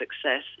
success